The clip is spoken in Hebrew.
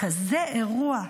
בכזה אירוע,